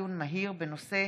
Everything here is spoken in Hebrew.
בנושא: